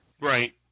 Right